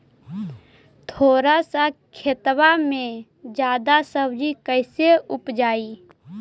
थोड़ा सा खेतबा में जादा सब्ज़ी कैसे उपजाई?